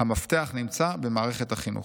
"המפתח נמצא במערכת החינוך".